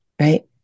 right